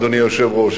אדוני היושב-ראש,